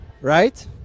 right